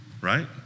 right